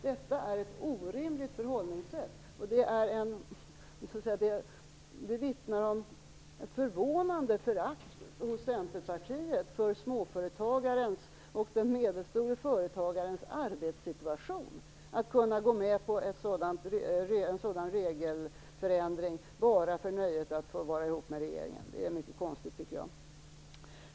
Detta är ett orimligt förhållningssätt, och det vittnar om ett förvånande förakt hos Centerpartiet för småföretagarens och den medelstore företagarens arbetssituation. Att Centerpartiet kan gå med på en sådan regelförändring bara för nöjet att få vara ihop med regeringen är mycket konstigt, tycker jag.